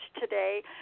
today